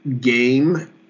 game